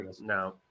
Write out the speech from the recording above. no